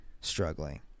struggling